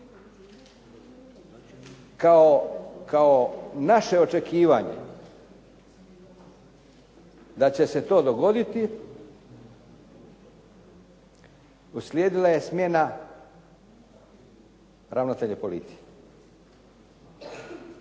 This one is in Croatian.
Kao naše očekivanje da će se to dogoditi uslijedila je smjena ravnatelja policije.